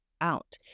out